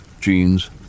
Jeans